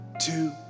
two